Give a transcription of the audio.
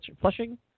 Flushing